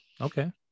Okay